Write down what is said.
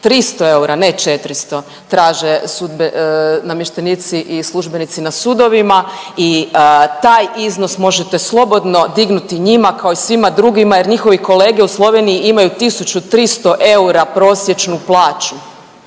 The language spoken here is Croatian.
300 eura ne 400 traže namještenici i službenici na sudovima i taj iznos možete slobodno dignuti njima, kao i svima drugima jer njihovi kolege u Sloveniji imaju 1.300 eura prosječnu plaću.